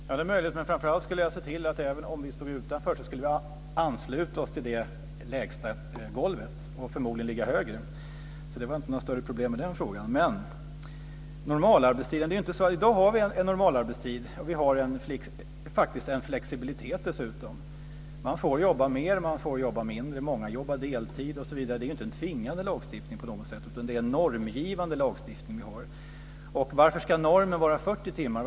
Fru talman! Det är möjligt. Men framför allt skulle jag se till att även om vi stod utanför skulle vi ansluta oss till det lägsta golvet och förmodligen ligga högre. Så det var inte något större problem med den frågan. I dag har vi en normalarbetstid. Vi har faktiskt dessutom en flexibilitet. Man får jobba mer, och man får jobba mindre. Många jobbar deltid osv. Det är ju inte en tvingande lagstiftning på något sätt, utan det är en normgivande lagstiftning som vi har. Och varför ska normen vara 40 timmar.